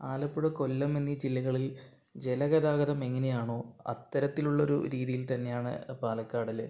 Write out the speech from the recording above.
ആലപ്പുഴ കൊല്ലം എന്നി ജില്ലകളിൽ ജല ഗതാഗതം എങ്ങനെയാണോ അത്തരത്തിലുള്ള ഒരു രീതിയിൽ തന്നെയാണ് പാലക്കാടില്